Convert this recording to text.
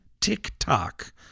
TikTok